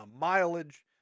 mileage